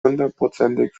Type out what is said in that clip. hundertprozentig